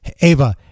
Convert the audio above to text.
Ava